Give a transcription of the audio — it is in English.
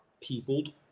peopled